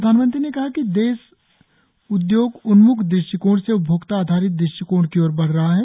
प्रधानमंत्री ने कहा कि देश उद्योग उन्म्ख दृष्टिकोण से उपभोक्ता आधारित दृष्टिकोण की ओर बढ़ रहा है